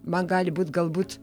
man gali būt galbūt